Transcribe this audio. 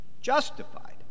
justified